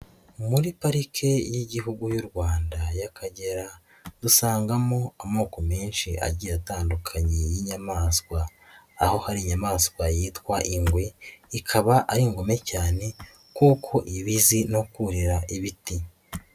Muri parike y'Igihugu y'u Rwanda y'Akagera, dusangamo amoko menshi agiye atandukanye y'inyamaswa, aho hari inyamaswa yitwa ingwe, ikaba ari ingome cyane kuko iba izi no kurira ibiti.